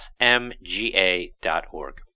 smga.org